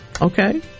Okay